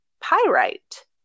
pyrite